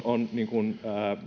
on